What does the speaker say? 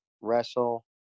wrestle